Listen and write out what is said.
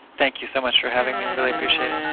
thank you so much for having me, i really appreciate it